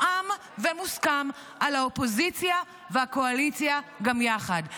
שמתואם ומוסכם על האופוזיציה והקואליציה גם יחד.